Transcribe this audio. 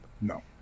No